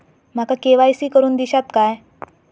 माका के.वाय.सी करून दिश्यात काय?